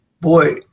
boy